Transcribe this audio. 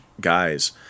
guys